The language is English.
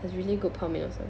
was really good 泡面 also